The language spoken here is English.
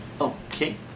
Okay